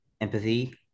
empathy